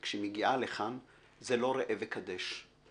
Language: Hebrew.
כשהיא מגיעה לכאן זה לא ראה וקדש.